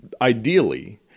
ideally